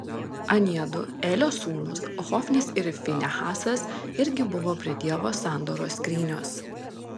aniedu elio sūnūs hofnis ir finehasas irgi buvo prie dievo sandoros skrynios